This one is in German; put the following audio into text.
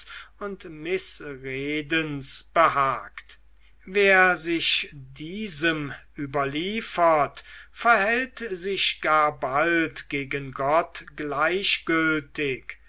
und mißredens behagt wer sich diesem überliefert verhält sich gar bald gegen gott